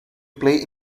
play